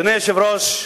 אדוני היושב-ראש,